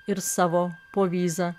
ir savo povyza